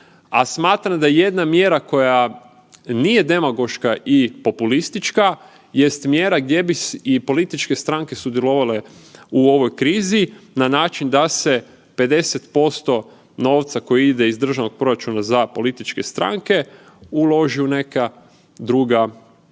a smatram da jedna mjera koja nije demagoška i populistička jest mjera gdje bi i političke stranke sudjelovale u ovoj krizi na način da se 50% novca koji ide iz državnog proračuna za političke stranke uloži u neka druga,